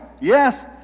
Yes